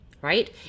right